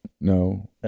No